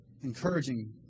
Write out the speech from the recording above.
encouraging